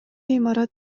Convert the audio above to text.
имарат